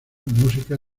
música